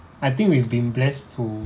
I think we've been blessed to